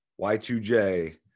Y2J